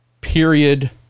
period